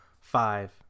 five